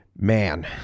man